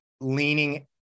leaning